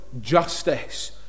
justice